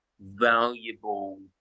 valuable